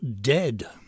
Dead